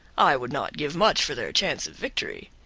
i would not give much for their chance of victory.